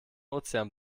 ozean